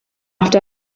after